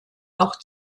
auch